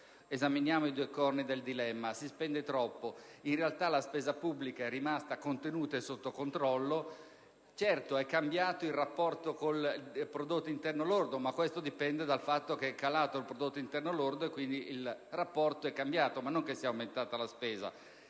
Esaminiamo i due corni del dilemma. Si spende troppo: in realtà, la spesa pubblica è rimasta contenuta e sotto controllo. Certo, è cambiato il rapporto con il prodotto interno lordo, ma questo dipende dal fatto che esso è calato, e quindi il rapporto è cambiato. Ciò non significa che sia aumentata la spesa.